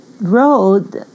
road